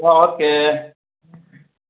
ल ओके